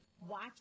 watch